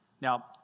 Now